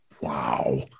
Wow